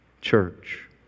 church